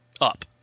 up